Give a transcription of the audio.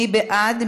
מי בעד?